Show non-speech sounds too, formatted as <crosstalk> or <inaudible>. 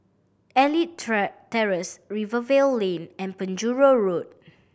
Elite <unintelligible> Terrace Rivervale Lane and Penjuru Road